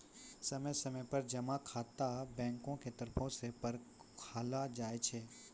समय समय पर जमा खाता बैंको के तरफो से परखलो जाय छै